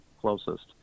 closest